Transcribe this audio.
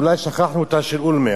אולי שכחנו אותה, של אולמרט.